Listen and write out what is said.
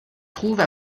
trouve